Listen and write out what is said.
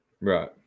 Right